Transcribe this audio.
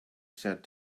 said